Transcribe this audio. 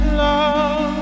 love